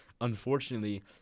Unfortunately